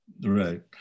right